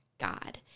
God